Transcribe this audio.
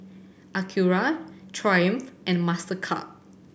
Acura Triumph and Mastercard